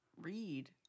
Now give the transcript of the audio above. read